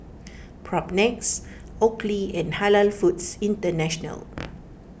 Propnex Oakley and Halal Foods International